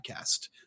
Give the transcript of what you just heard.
podcast